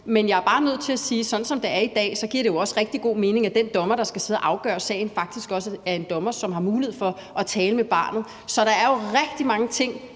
Men jeg er bare nødt til at sige, at sådan som det er i dag, giver det er jo også rigtig god mening, at den dommer, der skal sidde og afgøre sagen, faktisk også er en dommer, som har mulighed for at tale med barnet. Så der er jo rigtig mange ting,